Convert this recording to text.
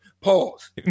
pause